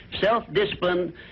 Self-discipline